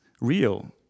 real